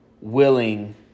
willing